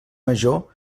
major